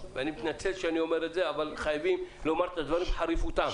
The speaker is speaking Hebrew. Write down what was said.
אני מתנצל שאני אומר את זה אך חייבים לומר את הדברים בחריפותם.